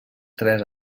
tres